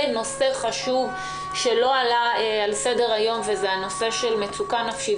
ונושא חשוב שלא עלה על סדר היום הוא נושא המצוקה הנפשית,